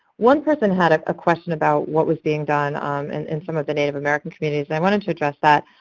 one person had ah a question about what was being done um and in some of the native american communities, and i wanted to address that.